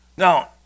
Now